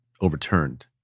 overturned